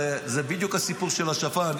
זה בדיוק הסיפור של השפן,